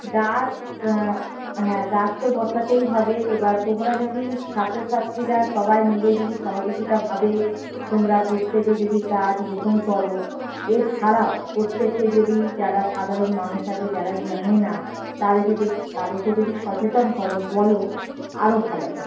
গাছ হ্যাঁ গাছ তো বসাতেই হবে এবার তোমরা যদি ছাত্র ছাত্রীরা সবাই মিলে যদি সহযোগিতাভাবে তোমরা প্রত্যেকে যদি গাছ রোপণ করো এছাড়াও প্রত্যেকে যদি যারা সাধারণ মানুষ আছে যারা জানে না তাদেরকে যদ্ তাদেরকে যদি সচেতন করো বলো আরও ভালো হয়